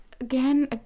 again